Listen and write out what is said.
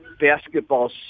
basketball